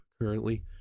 currently